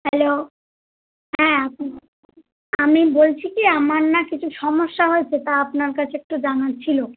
hello হ্যাঁ আপনি আমি বলছি কি আমার না কিছু সমস্যা হয়েছে তা আপনার কাছে একটু জানার ছিল